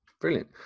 Brilliant